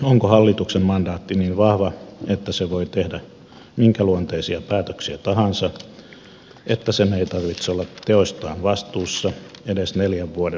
onko hallituksen mandaatti niin vahva että se voi tehdä minkä luonteisia päätöksiä tahansa että sen ei tarvitse olla teoistaan vastuussa edes neljän vuoden välein